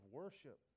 worship